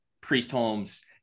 Priest-Holmes